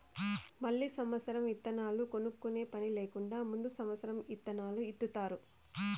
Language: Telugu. మళ్ళీ సమత్సరం ఇత్తనాలు కొనుక్కునే పని లేకుండా ముందు సమత్సరం ఇత్తనాలు ఇత్తుతారు